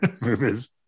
movies